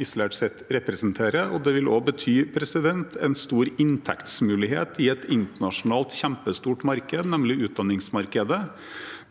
isolert sett representerer. Det vil også bety en stor inntektsmulighet i et kjempestort internasjonalt marked, nemlig utdanningsmarkedet,